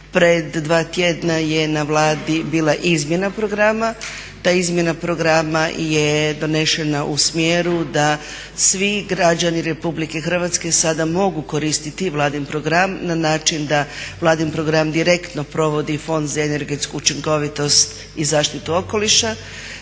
pred 2 tjedna je na Vladi bila izmjena programa. Ta izmjena programa je donesena u smjeru da svi građani Republike Hrvatske sada mogu koristiti Vladin program na način da Vladin program direktno provodi Fond za energetsku učinkovitost i zaštitu okoliša.